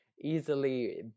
easily